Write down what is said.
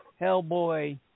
Hellboy